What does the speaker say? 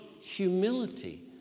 humility